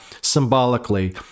symbolically